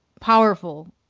powerful